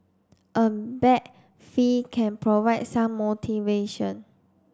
a bag fee can provide some motivation